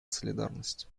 солидарность